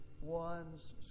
one's